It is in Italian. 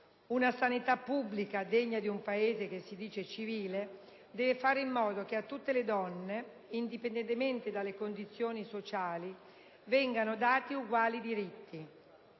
Una sanità pubblica degna di un Paese che si dice civile deve fare in modo che a tutte le donne, indipendentemente dalle condizioni sociali, vengano dati uguali diritti: